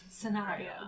Scenario